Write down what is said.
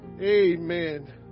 Amen